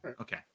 Okay